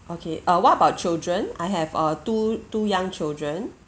okay uh what about children I have uh two two young children